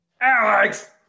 Alex